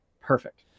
perfect